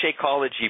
Shakeology